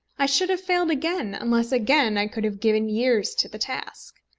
i should have failed again unless again i could have given years to the task.